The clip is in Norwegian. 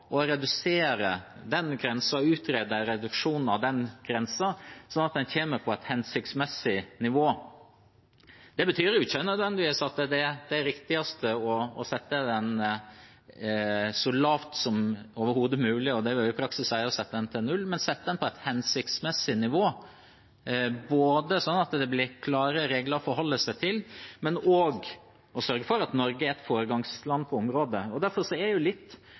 et hensiktsmessig nivå. Det betyr ikke nødvendigvis at det er det riktigste å sette grensen så lavt som overhodet mulig – det vil i praksis si å sette den til null – men å sette den på et hensiktsmessig nivå, både slik at det blir klare regler å forholde seg til, og at en sørger for at Norge er et foregangsland på området. Derfor er jeg litt overrasket over at ikke flere partier kan være med på det